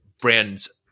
brands